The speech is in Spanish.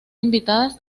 invitadas